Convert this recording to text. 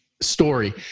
story